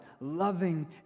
loving